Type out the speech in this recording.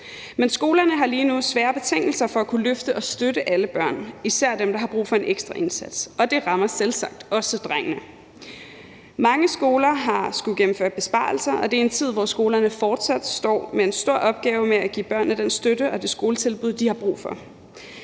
Men skolerne har lige nu svære betingelser for at kunne løfte og støtte alle børn, især dem, der har brug for en ekstra indsats, og det rammer selvsagt også drengene. Mange skoler har skullet gennemføre besparelser, og det er i en tid, hvor skolerne fortsat står med en stor opgave med at give børnene den støtte og det skoletilbud, de har brug for.